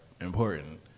important